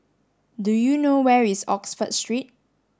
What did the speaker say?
do you know where is Oxford Street